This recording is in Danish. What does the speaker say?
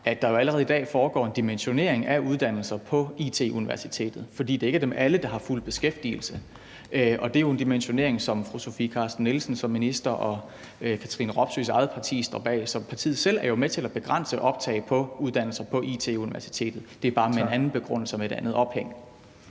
at der jo allerede i dag foregår en dimensionering af uddannelser på IT-Universitetet, for det er ikke dem alle, der har fuld beskæftigelse, og det er jo en dimensionering, som fru Sofie Carsten Nielsen som minister og Katrine Robsøes eget parti står bag. Så partiet er jo selv med til at begrænse optag på uddannelser på IT-Universitetet, men det er bare med en anden begrundelse og med et andet ophæng.